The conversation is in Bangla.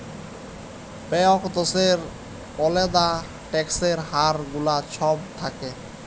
প্যত্তেক দ্যাশের আলেদা ট্যাক্সের হার গুলা ছব থ্যাকে